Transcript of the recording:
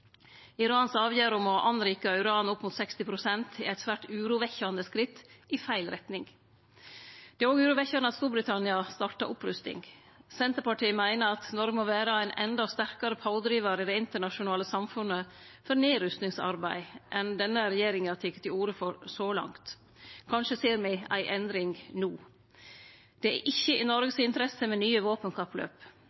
avgjerd om oppriking av uran opp mot 60 pst. er eit svært urovekkjande steg i feil retning. Det er også urovekkjande at Storbritannia startar opprusting. Senterpartiet meiner at Noreg må vere ein endå sterkare pådrivar i det internasjonale samfunnet for nedrustingsarbeid enn denne regjeringa har teke til orde for så langt. Kanskje ser me ei endring no. Det er ikkje i Noreg